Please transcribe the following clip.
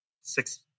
six